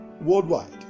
worldwide